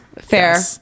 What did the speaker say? Fair